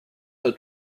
her